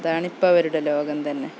അതാണ് ഇപ്പം അവരുടെ ലോകം തന്നെ